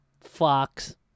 Fox